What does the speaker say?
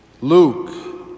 Luke